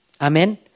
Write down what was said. Amen